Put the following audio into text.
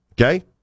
Okay